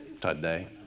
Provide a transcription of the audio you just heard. Today